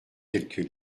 quelques